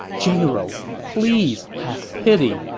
general, please have pity!